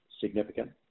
significant